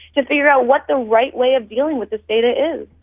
to figure out what the right way of dealing with this data is.